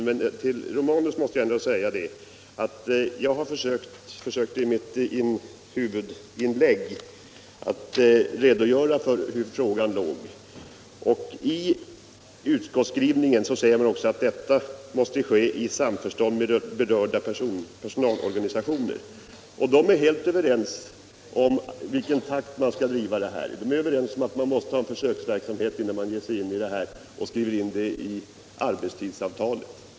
Herr talman! I mitt huvudinlägg, herr Romanus, försökte jag att re — Jämställdhetsfrågor dogöra för hur frågan låg till. I utskottets skrivning sägs att arbetstids = m.m. förändringen måste ske i samförstånd med berörda personalorganisationer. De är helt överens om i vilken takt man skall driva detta och att en försöksverksamhet måste bedrivas innan arbetstidsförändringen kan skrivas in i arbetstidsavtalet.